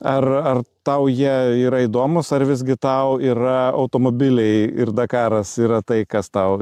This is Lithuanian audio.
ar ar tau jie yra įdomūs ar visgi tau yra automobiliai ir dakaras yra tai kas tau